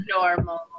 normal